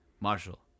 Marshall